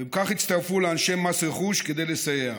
וכך הצטרפו לאנשי מס רכוש כדי לסייע.